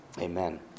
Amen